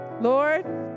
Lord